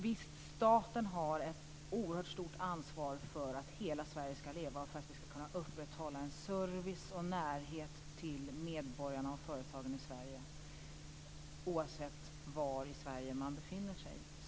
Visst, staten har ett oerhört stort ansvar för att hela Sverige skall leva och för att vi skall kunna upprätthålla en service och närhet till medborgarna och företagen i Sverige, oavsett var i Sverige man befinner sig.